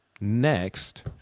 Next